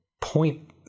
point